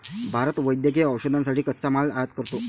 भारत वैद्यकीय औषधांसाठी कच्चा माल आयात करतो